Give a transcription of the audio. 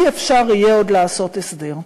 אי-אפשר יהיה עוד לעשות הסדר.